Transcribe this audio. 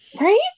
Right